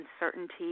uncertainty